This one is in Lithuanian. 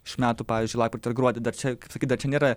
šių metų pavyzdžiui lapkritį ar gruodį dar čia sakyt dar čia nėra